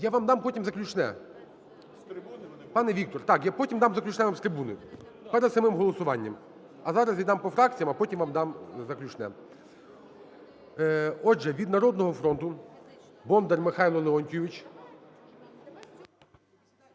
Я вам дам потім заключне. (Шум у залі) Пане Віктор, так, я потім дам заключне вам з трибуни перед самим голосуванням. А зараз йдемо по фракціям, а потім вам дам заключне. Отже, від "Народного фронту" Бондар Михайло Леонтійович.